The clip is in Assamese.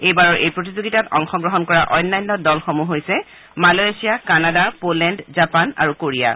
এইবাৰৰ এই প্ৰতিযোগিতাত অংশগ্ৰহণ কৰা অন্যান্য দলসমূহ হৈছে মালয়েছিয়া কানাডা প'লেণ্ড জাপান আৰু কোৰিয়া